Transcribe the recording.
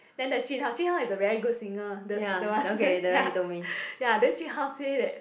then the jun hao jun hao is a very good singer the the one then ya ya then jun hao say that